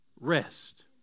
rest